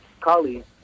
colleagues